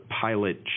pilot